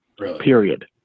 period